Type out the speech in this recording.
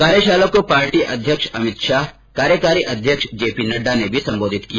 कार्यशाला को पार्टी अध्यक्ष अमित शाह और कार्यकारी अध्यक्ष जेपी नड्डा ने भी संबोधित किया